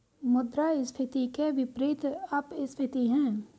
मुद्रास्फीति के विपरीत अपस्फीति है